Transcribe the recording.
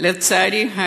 לצערי,